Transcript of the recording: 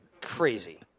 crazy